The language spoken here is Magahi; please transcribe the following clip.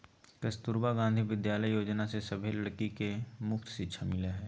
कस्तूरबा गांधी विद्यालय योजना से सभे लड़की के मुफ्त शिक्षा मिला हई